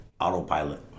autopilot